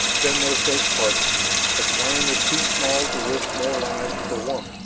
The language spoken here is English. send no search party the clan is too small to risk more lives for one.